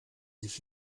sich